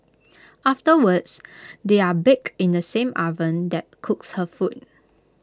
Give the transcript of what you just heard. afterwards they are baked in the same oven that cooks her food